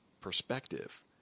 perspective